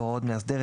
בהוראות מאסדר,